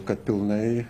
kad pilnai